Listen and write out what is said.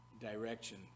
direction